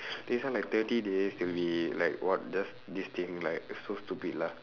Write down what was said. this one like thirty days it'll be like what just this thing like so stupid lah